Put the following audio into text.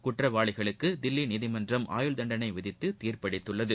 குற்றவாளிகளுக்கு தில்லி நீதிமன்றம் ஆயுள் தண்டணை விதித்து தீர்ப்பளித்துள்ளது